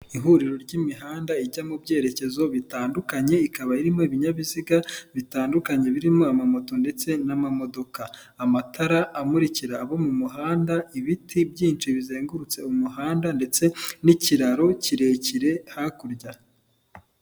Ihuriro ry'imihanda ijya mu byerekezo bitandukanye, ikaba irimo ibinyabiziga bitandukanye birimo amamoto ndetse n'amamodoka, amatara amurikira abo mu muhanda, ibiti byinshi bizengurutse umuhanda ndetse n'ikiraro kirekire hakurya.